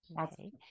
Okay